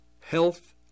health